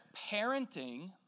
parenting